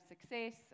success